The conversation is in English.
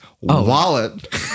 wallet